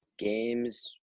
Games